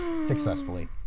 successfully